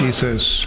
Jesus